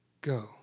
go